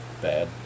bad